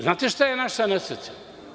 Znate šta je naša nesreća?